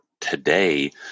today